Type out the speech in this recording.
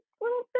little